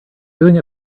doing